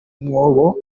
mwobo